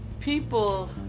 People